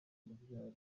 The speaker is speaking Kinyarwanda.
urubyaro